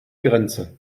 grenze